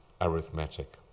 arithmetic